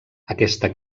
aquesta